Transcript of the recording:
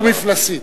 דו-מפלסי.